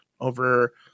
over